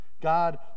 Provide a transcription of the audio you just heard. god